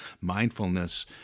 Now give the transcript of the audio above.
mindfulness